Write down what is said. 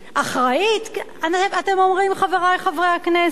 אחראית, אתם אומרים, חברי חברי הכנסת?